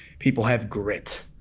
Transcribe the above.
people have grit.